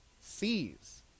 sees